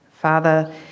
Father